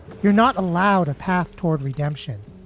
you're not allowed a path toward redemption.